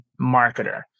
marketer